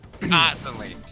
constantly